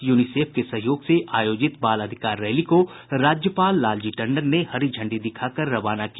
UNICEF से सहयोग से आयोजित बाल अधिकार रैली को राज्यपाल लालजी टंडन ने हरी झंडी दिखाकर रवाना किया